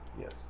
Yes